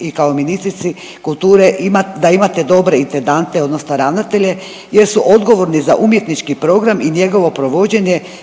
i kao ministrici kulture da imate dobre intendante odnosno ravnatelje jer su odgovorni za umjetnički program i njegovo provođenje,